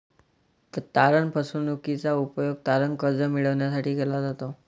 तारण फसवणूकीचा उपयोग तारण कर्ज मिळविण्यासाठी केला जातो